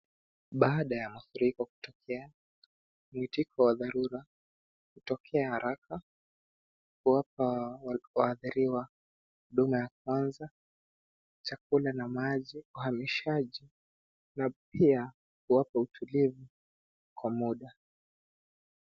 Baada ya mafuriko kutokea, mwitiko wa dharura hutokea haraka kuwapa waadhiriwa huduma ya kwanza, chakula na maji, uhamishaji na pia kuwapa utulivu kwa muda.